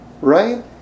Right